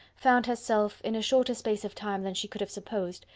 found herself, in a shorter space of time than she could have supposed,